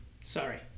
Sorry